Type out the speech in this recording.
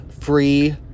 free